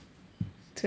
就还好 [what]